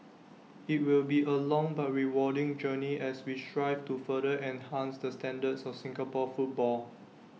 IT will be A long but rewarding journey as we strive to further enhance the standards of Singapore football